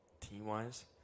team-wise